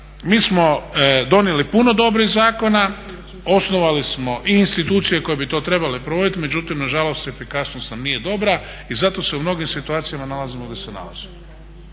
Mi smo donijeli puno dobrih zakona, osnovali smo i institucije koje bi to trebale provoditi, međutim nažalost efikasnost nam nije dobra i zato se u mnogim situacijama nalazimo gdje se nalazimo.